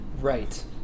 Right